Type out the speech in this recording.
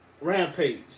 Rampage